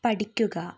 പഠിക്കുക